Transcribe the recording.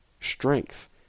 strength